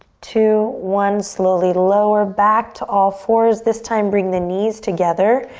two, one, slowly lower back to all fours. this time bring the knees together,